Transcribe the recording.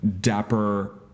dapper